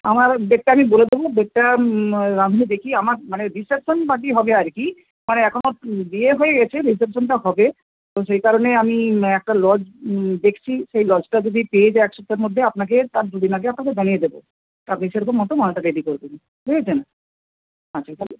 আমার এবার ডেটটা আমি বলে দেবো ডেটটা রাঁধুনি দেখি আমার মানে রিসেপশান পার্টিই হবে আর কি মানে এখনো বিয়ে হয়ে গেছে রিসেপশনটা হবে তো যেই কারণে আমি একটা লজ দেখছি সেই লজটা যদি পেয়ে যায় এক সপ্তাহের মধ্যে আপনাকে তার দুদিন আগে আপনাকে জানিয়ে দেবো তো আপনি সেই রকম মতো মালটা রেডি করে করবেন বুঝেছেন রাখি থালে